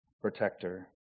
protector